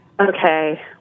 okay